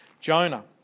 Jonah